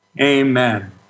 amen